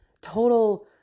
total